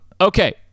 Okay